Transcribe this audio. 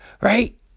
right